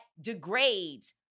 degrades